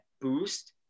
boost